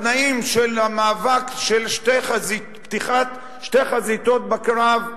בתנאים של פתיחת שתי חזיתות בקרב,